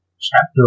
chapter